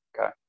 Okay